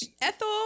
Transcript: Ethel